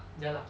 ya lah